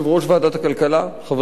חבר הכנסת כרמל שאמה,